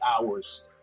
hours